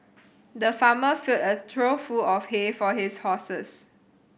the farmer filled a trough full of hay for his horses